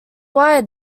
why